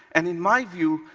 and in my view,